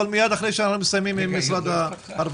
אבל מיד אחרי שאנחנו מסיימים עם משרד הרווחה.